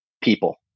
people